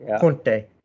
Conte